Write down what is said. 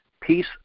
Peace